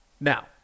Now